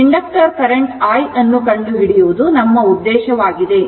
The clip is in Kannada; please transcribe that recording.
ಆದ್ದರಿಂದ ಇಂಡಕ್ಟರ್ ಕರೆಂಟ್ i ಅನ್ನು ಕಂಡುಹಿಡಿಯುವುದು ನಮ್ಮ ಉದ್ದೇಶ ಆಗಿದೆ